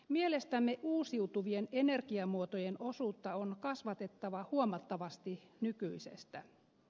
mielestämme uusiutuvien energiamuotojen osuutta on kasvatettava huomattavasti nykyisestä